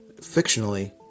fictionally